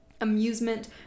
amusement